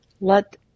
let